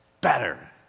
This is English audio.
Better